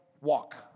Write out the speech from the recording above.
walk